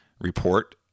report